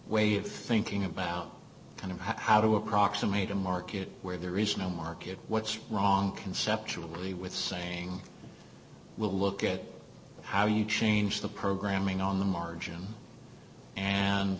wave thinking about kind of how to approximate a market where there is no market what's wrong conceptually with saying we'll look at how you change the programming on the margin and